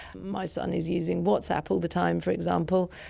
my son is using whatsapp all the time, for example,